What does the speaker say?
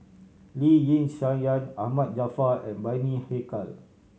Lee Yi Shyan Ahmad Jaafar and Bani Haykal